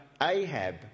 Ahab